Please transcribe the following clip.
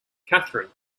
katherine